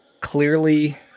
clearly